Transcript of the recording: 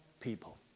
people